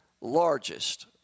largest